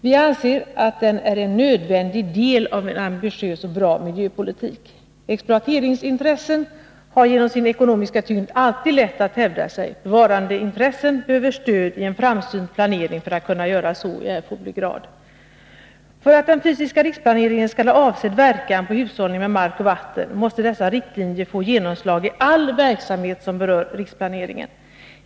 Vi anser att den är en nödvändig del av en ambitiös och bra miljöpolitik. Exploateringsintressen har genom sin ekonomiska tyngd alltid lätt att hävda sig. Bevarandeintressen behöver stöd i en framsynt planering för att kunna göra så i erforderlig grad. För att den fysiska riksplaneringen skall ha avsedd verkan på hushållning med mark och vatten måste riktlinjerna få genomslag i all verksamhet som berörs av riksplaneringen.